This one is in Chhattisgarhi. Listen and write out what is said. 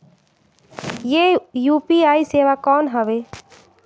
ये यू.पी.आई सेवा कौन हवे?